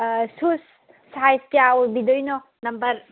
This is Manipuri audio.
ꯁꯨꯁ ꯁꯥꯏꯁꯖ ꯀꯌꯥ ꯑꯣꯏꯕꯤꯗꯣꯏꯅꯣ ꯅꯝꯕꯔ